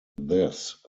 this